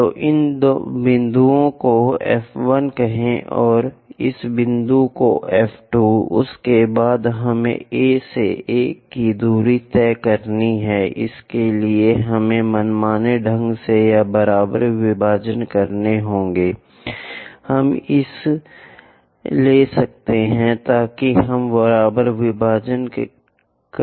तो इन बिंदुओं को F 1 कहें और इस बिंदु F 2 को उसके बाद हमें A से 1 की दूरी तय करनी है उसके लिए हमें मनमाने ढंग से या बराबर विभाजन करने होंगे हम इसे ले सकते हैं ताकि हम बराबर विभाजन ले सकें